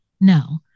no